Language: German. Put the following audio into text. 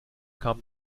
kam